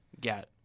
get